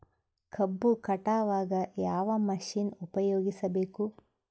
ಕಬ್ಬು ಕಟಾವಗ ಯಾವ ಮಷಿನ್ ಉಪಯೋಗಿಸಬೇಕು?